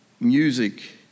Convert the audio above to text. music